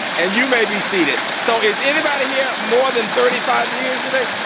and you may be seated. so is anybody here more than thirty five years today?